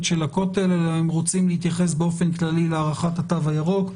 של הכותל אלא הם רוצים להתייחס באופן כללי להארכת התו הירוק.